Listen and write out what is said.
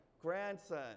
grandson